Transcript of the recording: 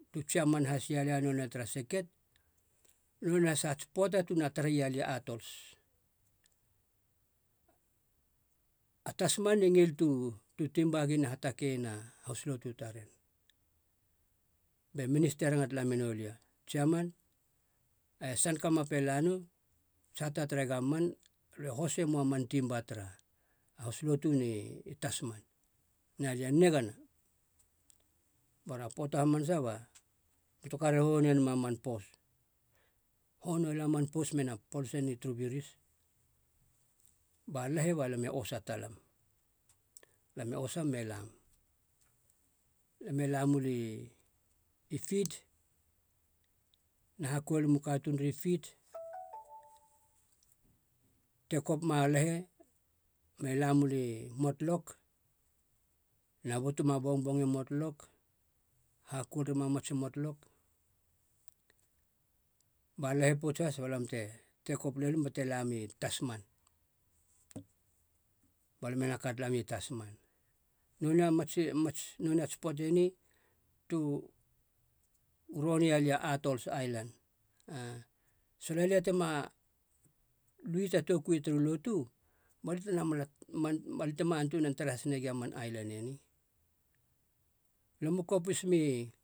To tsiaman hasia lia nonei tara seket nonei has ats poata tu na tare ia lia atols. A tasman i ngil tu- tu timba gina hatakeien a hoslotu taren. Be minista e ranga tala menou lia, tsiaman e sankamap e la nou, tsata tere govman, alö e hose mou a man timba tara hoslotu na i tasman, na lia nigana. Bara, poata hamanasa ba motokar e hohonenama man pos. Hone lala man pos mena polase nen turu biris, ba lahi ba lam e osa talam lam e osam me lam. Lam e la muli pitt, na hakolem u katuunri pit tekop ma lahe me la muli motlok na butuma bongbong i motlok hakoulema matsi motlok. Ba lahi pouts has balam te tekop lelim bate lami tasman, ba lam ena ka talami tasman. Nonei a matsi mats nonei ats poate ni tu roneia lia atols ailan, sola lia tema luei ta tokui turu lotu balia tena mala antunan tara hasegi a man ailan eni. Lam u kopis mi,